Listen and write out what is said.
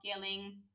scaling